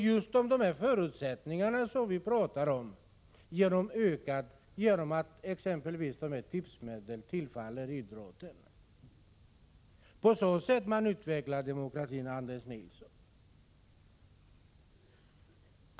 Just de förutsättningarna ökar genom att exempelvis tipsmedlen tillfaller idrotten. På så sätt utvecklar man demokratin, Anders Nilsson.